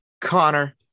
Connor